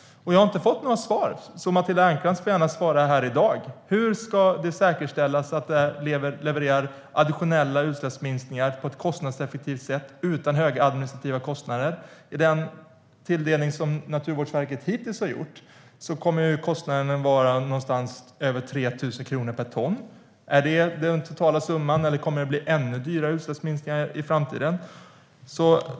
Men jag har inte fått några svar, så Matilda Ernkrans får gärna svara här i dag på hur det ska säkerställas att det levererar additionella utsläppsminskningar på ett kostnadseffektivt sätt utan höga administrativa kostnader. Med den tilldelning som Naturvårdsverket hittills har räknat med kommer kostnaden att vara någonstans över 3 000 kronor per ton. Är det den totala summan, eller kommer det att bli ännu dyrare utsläppsminskningar i framtiden?